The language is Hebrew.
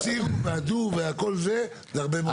יסירו והדו וכל זה זה הרבה מאוד כסף.